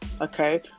okay